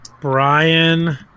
Brian